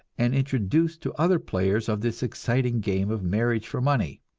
and introduced to other players of this exciting game of marriage for money,